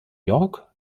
york